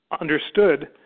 understood